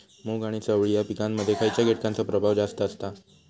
मूग आणि चवळी या पिकांमध्ये खैयच्या कीटकांचो प्रभाव जास्त असता?